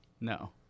No